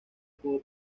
pudo